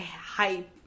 hype